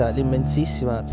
L'immensissima